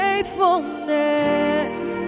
Faithfulness